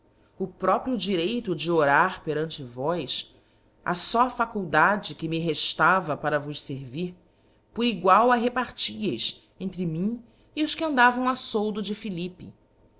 o próprio direito de orar perante vós a faculdade que me reftava para vos fervir por egual repartíeis entre mim e os que andavam a foldo de lilippe